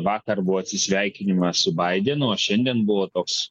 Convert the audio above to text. vakar buvo atsisveikinimas su baidenu o šiandien buvo toks